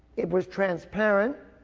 it was transparent,